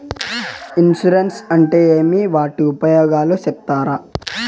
Insurance అంటే ఏమి? వాటి ఉపయోగాలు సెప్తారా?